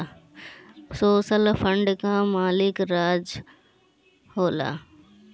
social fund कअ मालिक राज्य होला